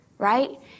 Right